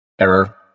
Error